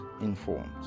informed